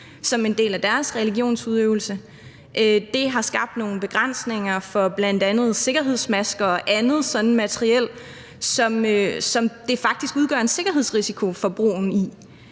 som en del af deres religionsudøvelse. Det har skabt nogle begrænsninger for bl.a. sikkerhedsmasker og andet materiel, hvor det faktisk udgør en sikkerhedsrisiko i forhold til